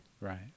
Right